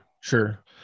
sure